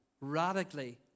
radically